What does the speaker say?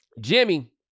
Jimmy